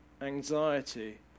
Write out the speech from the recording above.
anxiety